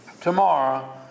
tomorrow